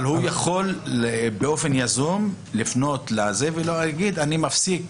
האם הוא יכול באופן יזום לפנות ולהגיד "אני מפסיק"?